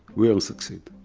we all succeed.